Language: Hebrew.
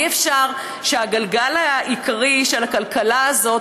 אי-אפשר שהגלגל העיקרי של הכלכלה הזאת,